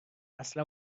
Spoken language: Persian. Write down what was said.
اصلا